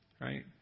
Right